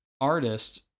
artist